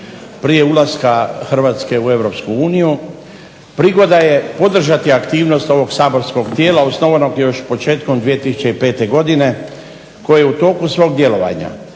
prije ulaska Hrvatske u EU prigoda je podržati aktivnost ovog saborskog tijela osnovanog još početkom 2005. godine koje je u toku svog djelovanja